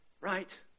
Right